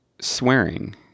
swearing